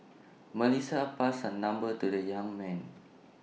Melissa passed her number to the young man